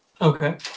Okay